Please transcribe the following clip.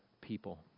people